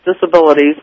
Disabilities